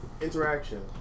interaction